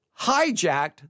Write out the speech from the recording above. hijacked